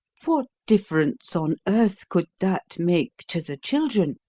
what difference on earth could that make to the children